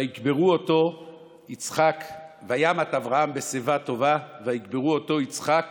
"וימת אברהם בשיבה טובה, ויקברו אֹתו יצחק